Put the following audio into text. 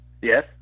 Yes